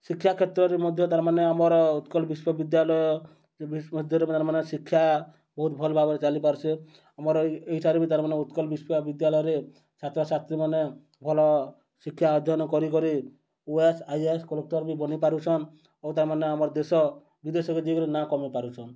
ଶିକ୍ଷା କ୍ଷେତ୍ରରେ ମଧ୍ୟ ତା'ର୍ମାନେ ଆମର୍ ଉତ୍କଲ ବିଶ୍ୱ ବିଦ୍ୟାଳୟରେ ମଧ୍ୟ ତା'ର୍ମାନେ ଶିକ୍ଷା ବହୁତ୍ ଭଲ୍ ଭାବରେ ଚାଲିପାରୁଛେ ଆମର ଏଇଠାରେ ବି ତା'ର୍ମାନେ ଉତ୍କଲ ବିଶ୍ଵ ବିଦ୍ୟାଳୟରେ ଛାତ୍ରଛାତ୍ରୀମାନେ ଭଲ ଶିକ୍ଷା ଅଧ୍ୟୟନ କରିକିରି ଓଏଏସ୍ ଆଇଏସ୍ କଲେକ୍ଟର୍ ବି ବନି ପାରୁଛନ୍ ଓ ତା'ର୍ମାନେ ଆମର୍ ଦେଶ ବିଦେଶକେ ଯାଇକରି ନାଁ କରି ପାରୁଛନ୍